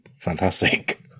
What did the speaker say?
fantastic